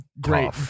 great